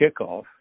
kickoff